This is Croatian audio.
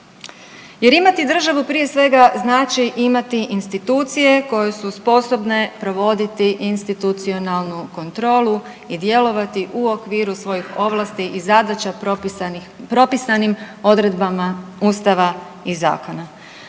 Jer imati državu prije svega znači imati institucije koje su sposobne provoditi institucionalnu kontrolu i djelovati u okviru svojih ovlastih i zadaća propisanim odredbama Ustava i zakona.